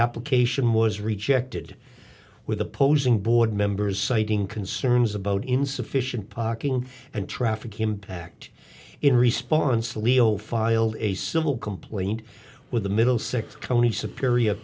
application was rejected with opposing board members citing concerns about insufficient parking and traffic impact in response leo filed a civil complaint with the middle six county superior